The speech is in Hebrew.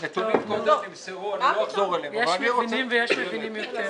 טוב, נו, יש מבינים ויש מבינים יותר.